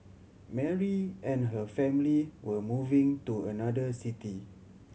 Mary and her family were moving to another city